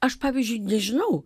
aš pavyzdžiui nežinau